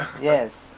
yes